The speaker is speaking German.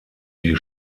die